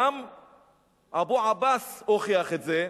גם אבו עבאס הוכיח את זה.